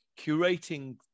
curating